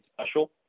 special